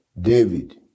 David